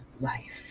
life